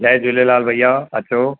जय झूलेलाल भैया अचो